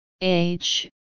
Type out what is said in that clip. Age